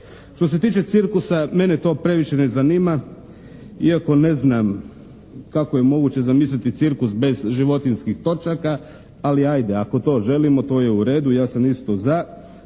Što se tiče cirkusa mene to previše ne zanima iako ne znam kako je moguće zamisliti cirkus bez životinjskih točaka, ali ajde ako to želimo to je u redu. Ja sam isto za.